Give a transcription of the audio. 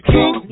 King